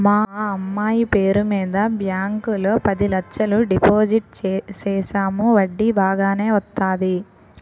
మా అమ్మాయి పేరు మీద బ్యాంకు లో పది లచ్చలు డిపోజిట్ సేసాము వడ్డీ బాగానే వత్తాది